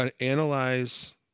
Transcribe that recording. analyze